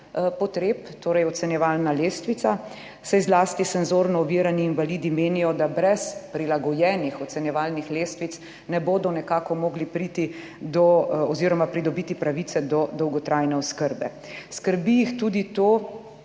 potreb, torej ocenjevalna lestvica, saj zlasti senzorno ovirani invalidi menijo, da brez prilagojenih ocenjevalnih lestvic ne bodo nekako mogli priti do oziroma pridobiti pravice do dolgotrajne oskrbe. Skrbi jih tudi to,